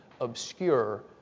obscure